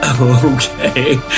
okay